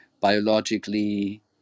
biologically